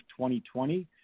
2020